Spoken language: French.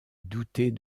douter